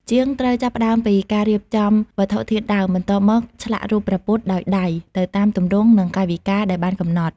ជាងត្រូវចាប់ផ្ដើមពី ការរៀបចំវត្ថុធាតុដើម បន្ទាប់មកឆ្លាក់រូបព្រះពុទ្ធដោយដៃទៅតាមទម្រង់និងកាយវិការដែលបានកំណត់។